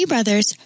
brothers